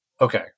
okay